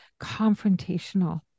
confrontational